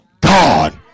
God